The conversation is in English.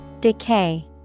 Decay